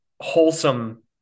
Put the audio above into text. wholesome